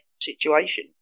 situation